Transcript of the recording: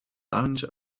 lounge